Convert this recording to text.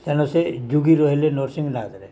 ସେନ ସେ ଯୁଗି ରହିଲେ ନୃସିଂହନାଥରେ